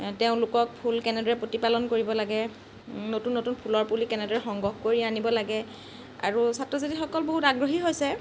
তেওঁলোকক ফুল কেনেদৰে প্ৰতিপালন কৰিব লাগে নতুন নতুন ফুলৰ পুলি কেনেদৰে সংগ্ৰহ কৰি আনিব লাগে আৰু ছাত্ৰ ছাত্ৰীসকল বহুত আগ্ৰহী হৈছে